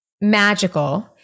magical